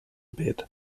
bid